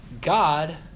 God